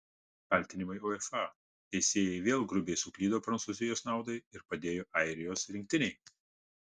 kaltinimai uefa teisėjai vėl grubiai suklydo prancūzijos naudai ir padėjo airijos rinktinei